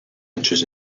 inches